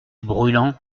brûlant